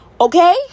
okay